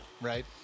Right